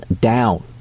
down